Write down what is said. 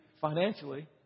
financially